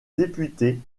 députés